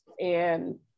and-